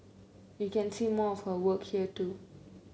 you can see more of her work here too